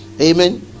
amen